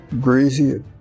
greasy